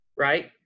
Right